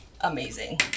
amazing